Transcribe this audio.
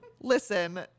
Listen